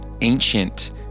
ancient